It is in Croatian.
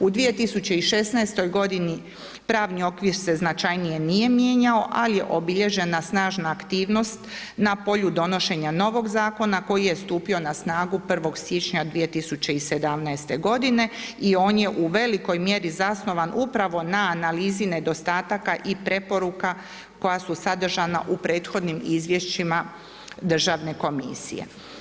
U 2016. pravni okvir se značajno nije mijenjao, ali je obilježena snažna aktivnost na polju donošenja novog zakona koji je stupio na snagu 1.1.2017. godine i on je u velikoj mjeri zasnovan upravo na analizi nedostataka i preporuka koja su sadržana u prethodnim izvješćima Državne komisije.